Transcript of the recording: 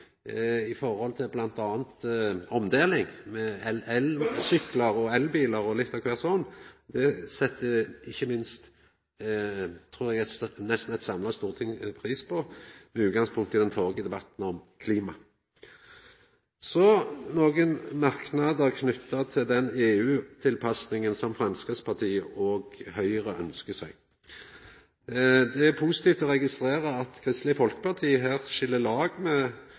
i forhold til m.a. elbilar og omdeling med elsyklar og litt av kvart slikt. Det set ikkje minst – trur eg – eit nesten samla storting pris på, med utgangspunkt i den førre debatten om klima. Så nokre merknadar knytte til EU-tilpassinga som Framstegspartiet og Høgre ønskjer seg. Det er positivt å registrera at Kristeleg Folkeparti her skil lag med